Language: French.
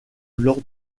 lors